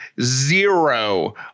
zero